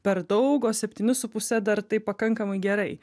per daug o septyni su puse dar tai pakankamai gerai